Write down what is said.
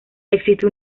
existe